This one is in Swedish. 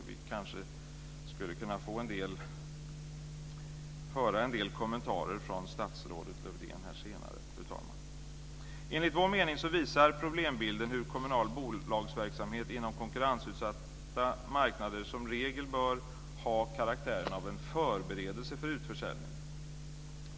Vi kanske skulle kunna få höra en del kommentarer från statsrådet Lövdén senare, fru talman. Enligt vår mening visar problembilden hur kommunal bolagsverksamhet inom konkurrensutsatta marknader som regel bör ha karaktären av en förberedelse för utförsäljning.